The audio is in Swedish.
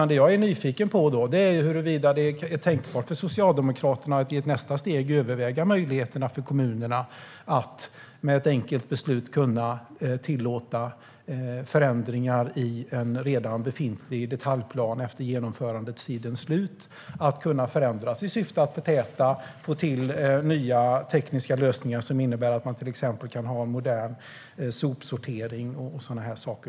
Det jag är nyfiken på är huruvida det är tänkbart för Socialdemokraterna att i ett nästa steg överväga möjligheterna för kommunerna att med ett enkelt beslut tillåta förändringar i en redan befintlig detaljplan efter genomförandetidens slut i syfte att förtäta och få till nya tekniska lösningar som innebär att man till exempel kan ha en modern sopsortering.